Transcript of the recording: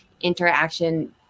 interaction